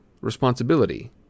responsibility